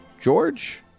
George